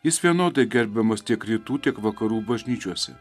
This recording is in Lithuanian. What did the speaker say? jis vienodai gerbiamas tiek rytų tiek vakarų bažnyčiose